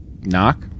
Knock